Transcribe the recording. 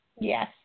Yes